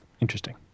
Interesting